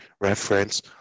reference